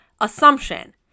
assumption